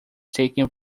taken